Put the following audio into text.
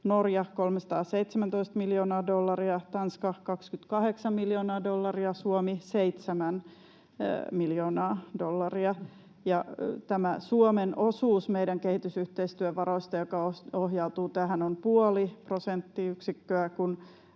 Norja 317 miljoonaa dollaria, Tanska 28 miljoonaa dollaria ja Suomi 7 miljoonaa dollaria. Ja tämä Suomen osuus meidän kehitysyhteistyövaroistamme, joka ohjautuu tähän, on puoli prosenttia, kun